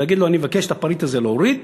להגיד לו: אני מבקש את הפריט הזה להוריד,